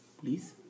Please